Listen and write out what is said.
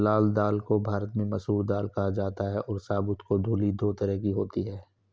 लाल दाल को भारत में मसूर दाल कहा जाता है और साबूत और धुली दो तरह की होती है